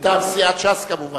מטעם סיעת ש"ס כמובן.